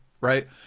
right